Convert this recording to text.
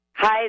Hi